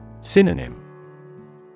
Synonym